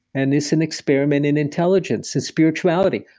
and it's an experiment in intelligence and spirituality,